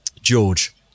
George